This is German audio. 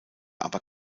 aber